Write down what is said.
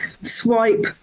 swipe